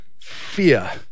fear